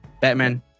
Batman